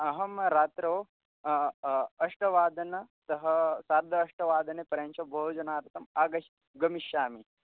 अहं रात्रौ अष्टवादनतः सार्ध अष्टवादनपर्यन्तं भोजनार्थम् आगच्छ गमिष्यामि